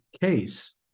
case